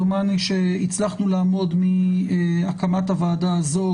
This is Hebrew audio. דומני שהצלחנו לעמוד מהקמת הוועדה הזו